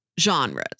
genres